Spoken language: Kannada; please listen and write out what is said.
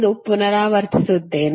ಎಂದು ಪುನರಾವರ್ತಿಸುತ್ತೇನೆ